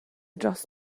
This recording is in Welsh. dros